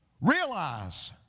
Realize